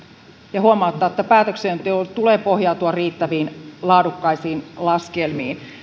ja huomauttaa että päätöksenteon tulee pohjautua riittäviin laadukkaisiin laskelmiin